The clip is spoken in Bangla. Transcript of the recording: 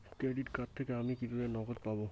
ক্রেডিট কার্ড থেকে আমি কিভাবে নগদ পাব?